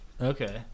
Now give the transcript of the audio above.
Okay